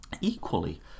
Equally